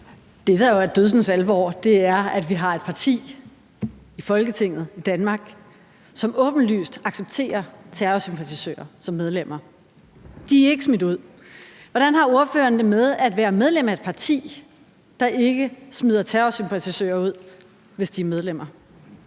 Det, der jo er dødsensalvorligt, er, at vi i Danmark har et parti i Folketinget, som åbenlyst accepterer terrorsympatisører som medlemmer. De er ikke blevet smidt ud. Hvordan har ordføreren det med, at være medlem af et parti, der ikke smider medlemmer, som er